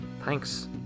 Thanks